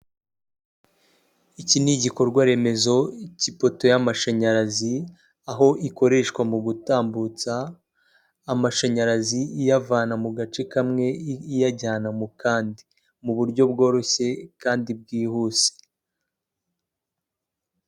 Iki ni igikorwa remezo cy'ipoto y'amashanyarazi aho ikoreshwa mu gutambutsa amashanyarazi iyavana mu gace kamwe iyajyana mu kandi mu buryo bworoshye kandi bwihuse.